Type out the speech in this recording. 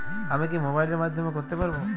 আমি কি মোবাইলের মাধ্যমে করতে পারব?